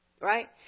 right